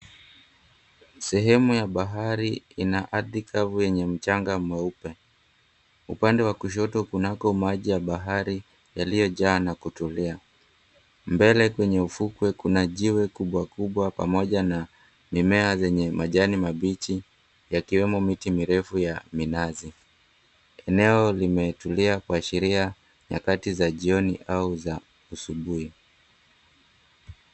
Sehemu ya bahari ina ardhi kavu yenye mchanga mweupe. Upande wa kushoto kunako maji ya bahari yaliyojaa na kutulia. Mbele kwenye ufukwe kuna jiwe kubwa kubwa pamoja na mimea yenye majani mabichi yakiwemo miti mirefu ya minazi. Eneo limetulia kuashiria nyakati za jioni au asubuhi.